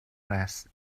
res